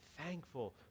thankful